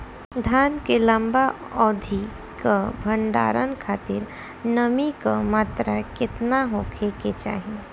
धान के लंबा अवधि क भंडारण खातिर नमी क मात्रा केतना होके के चाही?